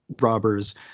robbers